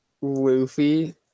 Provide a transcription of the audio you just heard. Luffy